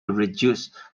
reduce